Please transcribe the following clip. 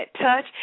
touch